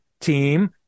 team